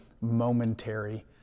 momentary